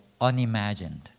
unimagined